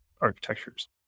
architectures